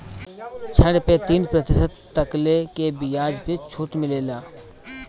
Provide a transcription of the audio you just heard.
ऋण पे तीन प्रतिशत तकले के बियाज पे छुट मिलेला